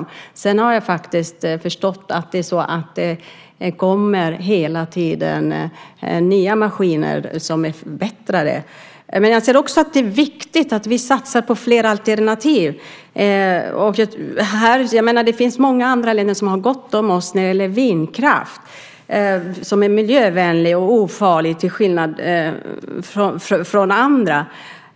Och jag har förstått att det hela tiden kommer nya maskiner som är bättre. Men jag anser också att det är viktigt att vi satsar på flera alternativ. Det finns många andra länder som har gått om oss när det gäller vindkraft som är miljövänlig och ofarlig till skillnad från andra